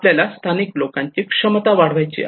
आपल्याला स्थानिक लोकांची क्षमता वाढवायची आहे